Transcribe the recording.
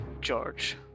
George